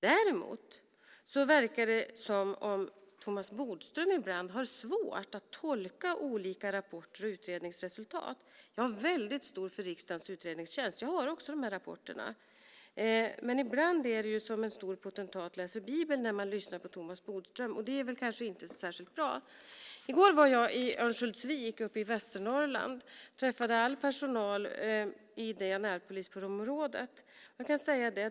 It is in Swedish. Däremot verkar det som att Thomas Bodström ibland har svårt att tolka olika rapporter och utredningsresultat. Jag har väldigt stort förtroende för riksdagens utredningstjänst, och jag har också dessa rapporter. Ibland är det som när en stor potentat läser Bibeln när man lyssnar på Thomas Bodström. Det är kanske inte särskilt bra. I går var jag i Örnsköldsvik uppe i Västernorrland och träffade all personal i det närpolisområdet.